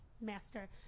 master